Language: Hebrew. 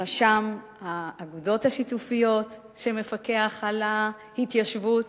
רשם האגודות השיתופיות, שמפקח על ההתיישבות,